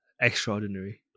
extraordinary